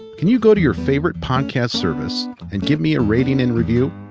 can you go to your favorite podcast service and give me a rating and review?